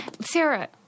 Sarah –